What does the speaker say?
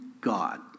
God